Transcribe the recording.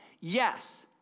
Yes